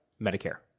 Medicare